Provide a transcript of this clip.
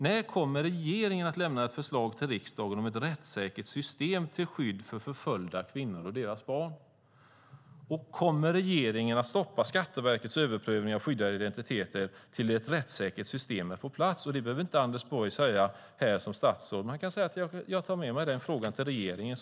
När kommer regeringen att lämna ett förslag till riksdagen om ett rättssäkert system till skydd för förföljda kvinnor och deras barn? Kommer regeringen att stoppa Skatteverkets överprövning av skyddade identiteter tills ett rättssäkert system är på plats? Anders Borg behöver inte svara som statsråd här och nu utan kan ta med sig frågorna till regeringen.